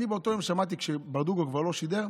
באותו יום, כששמעתי שברדוגו כבר לא שידר,